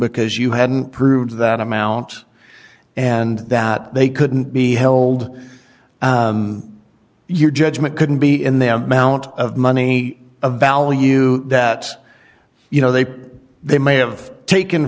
because you hadn't proved that amount and that they couldn't be held your judgment couldn't be in them out of money a value that you know they put they may have taken